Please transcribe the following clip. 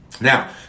Now